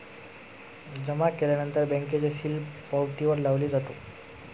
जमा केल्यानंतर बँकेचे सील पावतीवर लावले जातो